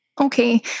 Okay